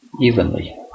evenly